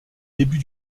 début